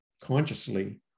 consciously